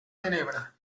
tenebra